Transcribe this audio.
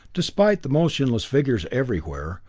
despite the motionless figures everywhere,